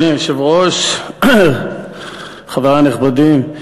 אדוני היושב-ראש, חברי הנכבדים,